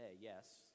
yes